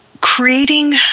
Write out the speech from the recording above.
creating